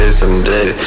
someday